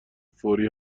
فوری